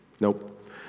nope